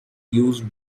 used